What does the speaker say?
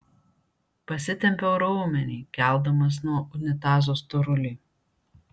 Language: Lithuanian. pasitempiau raumenį keldamas nuo unitazo storulį